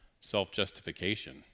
self-justification